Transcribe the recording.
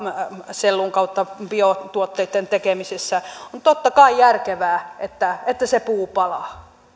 sellun kautta biotuotteitten tekemisessä on totta kai järkevää että se puu palaa